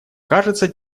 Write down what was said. кажется